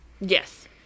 yes